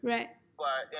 Right